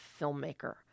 filmmaker